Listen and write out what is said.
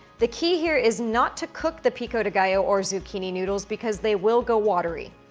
the key here is not to cook the pico de gallo or zucchini noodles because they will go watery,